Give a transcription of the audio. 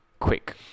Quick